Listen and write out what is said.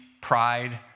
pride